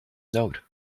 note